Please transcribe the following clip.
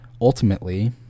ultimately